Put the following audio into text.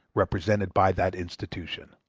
represented by that institution.